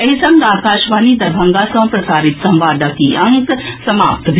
एहि संग आकाशवाणी दरभंगा सँ प्रसारित संवादक ई अंक समाप्त भेल